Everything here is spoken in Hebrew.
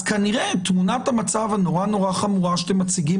כנראה תמונת המצב הנורא נורא חמורה שאתם מציגים